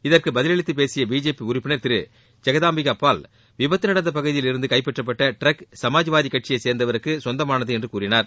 இதற்கு பதிலளித்துப் பேசிய பிஜேபி உறுப்பினர் திரு ஜெகதாம்பிகாபால் விபத்து நடந்த பகுதியில் இருந்து கைப்பற்றப்பற்ற டிரக் சமாஜ்வாதி கட்சியை சேர்ந்தவருக்கு சொந்தமானது என்று கூறினார்